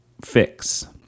fix